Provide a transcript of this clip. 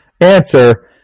answer